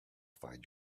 find